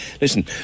Listen